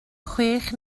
chwech